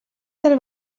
del